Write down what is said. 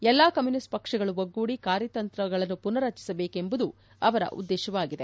ಎಲ್ಲಾ ಕಮ್ಜುನಿಸ್ಟ್ ಪಕ್ಷಗಳು ಒಗ್ಗೂಡಿ ಕಾರ್ಯತಂತ್ರಗಳನ್ನು ಪುನಃ ರಚಿಸಬೇಕೆಂಬುದು ಅವರ ಉದ್ದೇಶವಾಗಿದೆ